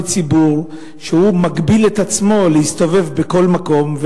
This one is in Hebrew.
בציבור שמגביל את עצמו מלהסתובב בכל מקום.